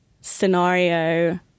scenario